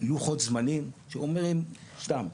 לוחות זמנים שאומרים סתם,